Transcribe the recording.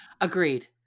Agreed